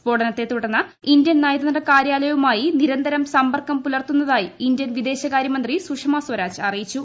സ്ഫോട്ടനത്തെ തുടർന്ന് ഇന്ത്യൻ നയതന്ത്ര കാര്യാലയ്പ്പൂമാ്യി നിരന്തരം സമ്പർക്കം പുലർത്തുന്നതായി ഇിന്ത്യൻ വിദേശകാര്യമന്ത്രി സുഷമ സ്വരാജ് അറിയിച്ചു